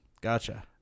Gotcha